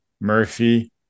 Murphy